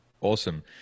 Awesome